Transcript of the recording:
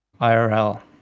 IRL